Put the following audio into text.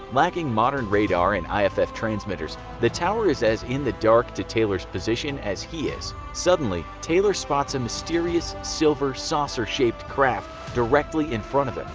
lacking modern radar and iff iff transmitters, the tower is as in the dark to taylor's position as he is. suddenly, taylor spots a mysterious silver, saucer shaped craft directly in front of him.